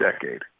decade